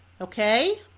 Okay